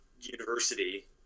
university